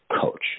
coach